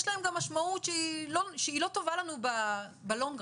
יש להם משמעות שהיא לא טובה לנו בלונגנד.